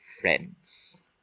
friends